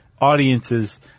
audiences